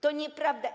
To nieprawda.